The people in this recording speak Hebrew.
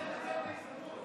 רוצה לנצל את ההזדמנות.